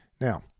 Now